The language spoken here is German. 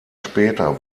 später